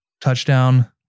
touchdown